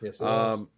Yes